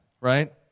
right